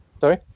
Sorry